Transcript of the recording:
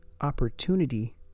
opportunity